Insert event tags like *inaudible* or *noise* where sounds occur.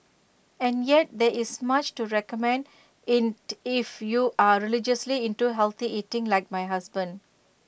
and yet there is much to recommend *unintelligible* if you are religiously into healthy eating like my husband